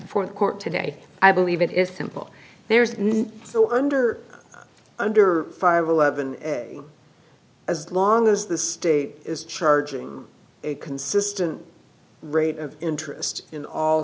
before the court today i believe it is simple there's so under under five eleven as long as the state is charging a consistent rate of interest in all